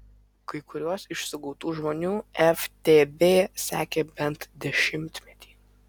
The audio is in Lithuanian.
kai kuriuos iš sugautų žmonių ftb sekė bent dešimtmetį